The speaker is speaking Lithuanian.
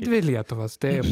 dvi lietuvos taip